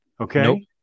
Okay